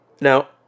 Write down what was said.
Now